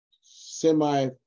semi